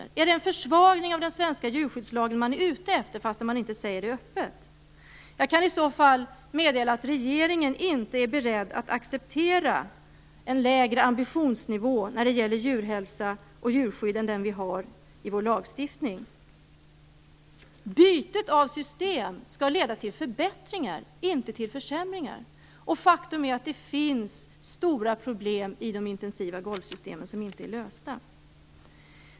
Är man ute efter en försvagning av den svenska djurskyddslagen, fastän man inte säger det öppet? Jag kan i så fall meddela att regeringen inte är beredd att acceptera en lägre ambitionsnivå för djurhälsa och djurskydd än den vi har i vår lagstiftning. Bytet av system skall leda till förbättringar - inte till försämringar. Faktum är att det finns stora problem i de intensiva golvsystemen som inte är lösta.